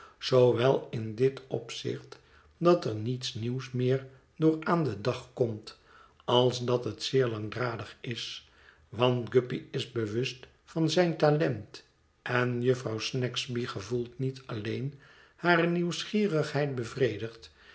zoowel in dit opzicht dat er niets nieuws meer door aan den dag komt als dat het zeer langdradig is want guppy is bewust van zijn talent en jufvrouw snagsby gevoelt niet alleen hare nieuwsgierigheid bevredigd